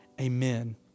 amen